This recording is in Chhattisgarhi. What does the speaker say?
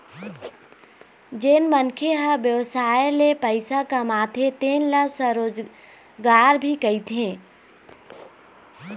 जेन मनखे ह बेवसाय ले पइसा कमाथे तेन ल स्वरोजगार भी कहिथें